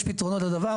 יש פתרונות לדבר.